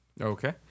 Okay